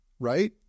right